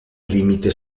límite